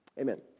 Amen